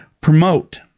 promote